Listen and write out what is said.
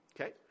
Okay